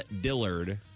Dillard